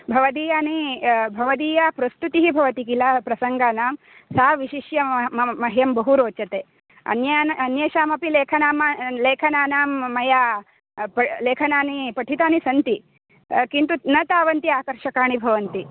भवदीयानि भवदीया प्रस्तुतिः भवति किल प्रसङ्गानां सा विशिष्य म मम मह्यं बहु रोचते अन्यान् अन्येषामपि लेखनाम लेखनानां मया प लेखनानि पठितानि सन्ति किन्तु न तावन्ति आकर्षकाणि भवन्ति